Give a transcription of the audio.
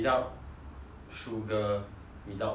sugar without milk lah